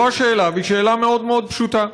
זו השאלה, והיא שאלה מאוד מאוד פשוטה.